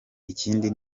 ikindi